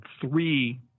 three